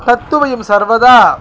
तत्तु वयं सर्वदा